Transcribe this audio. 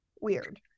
weird